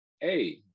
hey